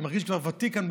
אני מרגיש כבר ותיק כאן,